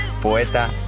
Poeta